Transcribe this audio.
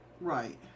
Right